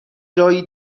جایی